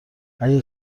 اگه